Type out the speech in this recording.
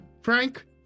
Frank